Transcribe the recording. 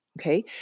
Okay